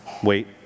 Wait